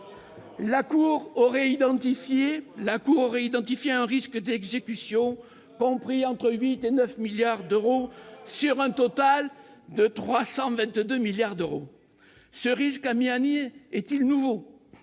la Cour aurait identifié un risque d'exécution, compris entre 8 et 9 milliards d'euros sur un total de 322 milliards d'euros, ce risque a mis à nu est-il nouveau